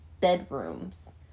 bedrooms